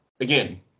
again